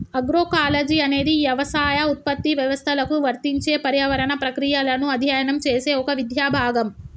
agroecology అనేది యవసాయ ఉత్పత్తి వ్యవస్థలకు వర్తించే పర్యావరణ ప్రక్రియలను అధ్యయనం చేసే ఒక విద్యా భాగం